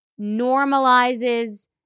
normalizes